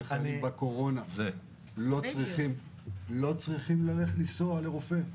חיילים בקורונה לא צריכים להגיע פיזית לרופא.